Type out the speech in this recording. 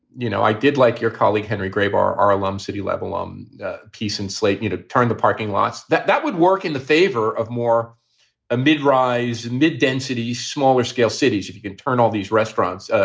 you know, i did like your colleague henry graybar, ahlem city level um piece in slate, new to turn the parking lots that that would work in the favor of more a mid rise, mid density, smaller scale cities. if you can turn all these restaurants,